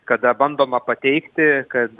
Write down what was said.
kada bandoma pateikti kad